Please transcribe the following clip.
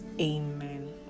Amen